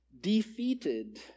defeated